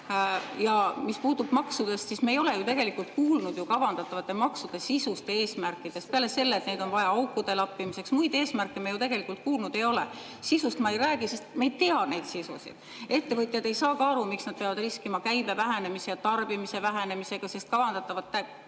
Ja mis puutub maksudesse, siis me ei ole ju tegelikult kuulnud kavandatavate maksude sisust ja eesmärkidest peale selle, et neid on vaja aukude lappimiseks. Muid eesmärke me ju tegelikult kuulnud ei ole. Sisust ma ei räägi, sest me ei tea seda sisu. Ettevõtjad ei saa aru, miks nad peavad riskima käibe vähenemise ja tarbimise vähenemisega, sest kavandatav